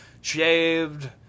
shaved